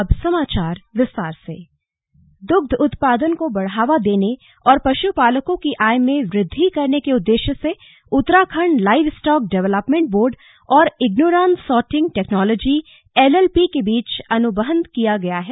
अनुबंध दुग्ध उत्पादन को बढ़ावा देने और पशुपालकों की आय में वृद्धि करने के उददेश्य से Uttarakhand live stock development board और इग्नुरान सॉर्टिंग टैक्नोलॉजी एलएलपी के बीच अनुबन्ध किया गया है